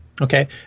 Okay